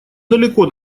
далеко